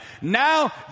Now